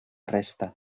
resta